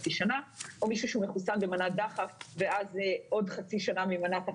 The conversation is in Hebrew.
מחצי שנה או מישהו שהוא מחוסן במנת דחף ואז עוד חצי שנה ממנת החיסון.